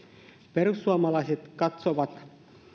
perussuomalaiset katsovat